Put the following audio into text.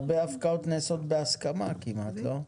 הרבה הפקעות נעשות כמעט בהסכמה, לא?